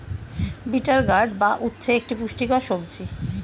bitter gourd বা উচ্ছে একটি পুষ্টিকর সবজি